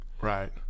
Right